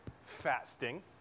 fasting